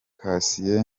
cassien